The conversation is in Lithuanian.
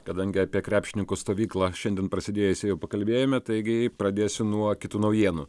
kadangi apie krepšininkų stovyklą šiandien prasidėjusią jau pakalbėjome taigi pradėsiu nuo kitų naujienų